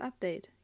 update